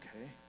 okay